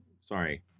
sorry